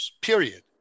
period